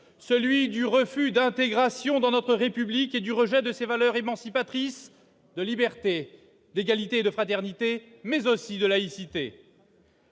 celui du refus de l'intégration dans notre République et du rejet de ses valeurs émancipatrices de liberté, d'égalité, de fraternité, mais également de laïcité.